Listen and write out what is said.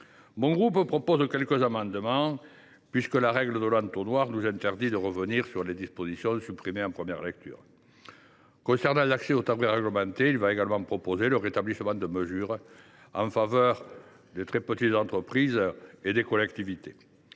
contentera de proposer quelques amendements, puisque la règle de l’entonnoir interdit de revenir sur les dispositions supprimées en première lecture. Concernant l’accès aux tarifs réglementés, le groupe du RDSE proposera le rétablissement de mesures en faveur des très petites entreprises et des collectivités.